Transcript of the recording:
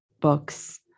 books